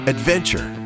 Adventure